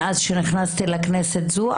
מאז שנכנסתי לכנסת זו,